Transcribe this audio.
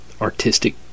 artistic